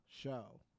Show